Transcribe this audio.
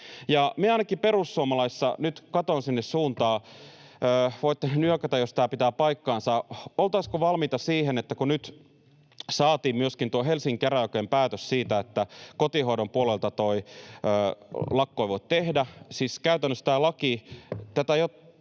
oltaisiin valmiita — ja nyt katson sinne meidän suuntaan, voitte nyökätä, jos tämä pitää paikkansa — siihen, että kun nyt saatiin myöskin tuo Helsingin käräjäoikeuden päätös siitä, että kotihoidon puolelta lakkoa ei voi tehdä, ja siis käytännössä tätä lakia ei